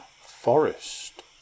Forest